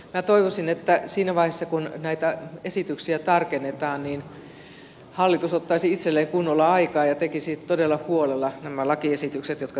minä toivoisin että siinä vaiheessa kun näitä esityksiä tarkennetaan niin hallitus ottaisi itselleen kunnolla aikaa ja tekisi todella huolella nämä lakiesitykset jotka tänne saadaan